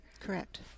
Correct